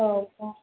औ